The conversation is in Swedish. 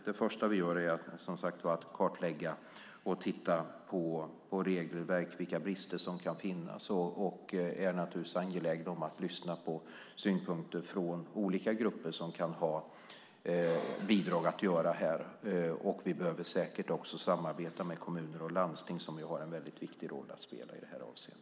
Det första vi gör är att kartlägga och titta på regelverk och vilka brister som kan finnas. Vi är naturligtvis angelägna om att lyssna på synpunkter från olika grupper som kan ha bidrag att lämna här. Vi behöver säkert också samarbeta med kommuner och landsting som har en väldigt viktig roll att spela i det här avseendet.